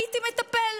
הייתי מטפל.